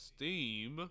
Steam